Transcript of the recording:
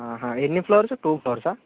ఎన్ని floors two ఫ్లోర్సా